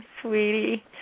sweetie